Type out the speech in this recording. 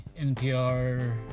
NPR